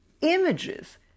images